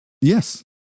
Yes